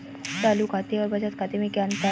चालू खाते और बचत खाते में क्या अंतर है?